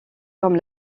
comme